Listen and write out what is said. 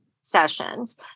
sessions